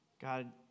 God